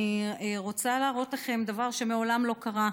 אני רוצה להראות לכם דבר שמעולם לא קרה,